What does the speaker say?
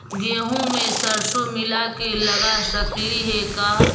गेहूं मे सरसों मिला के लगा सकली हे का?